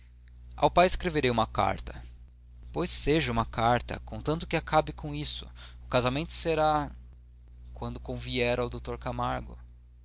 ao pai escreverei uma carta pois seja uma carta contanto que acabe com isso o casamento será quando convier ao dr camargo